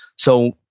so,